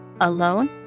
Alone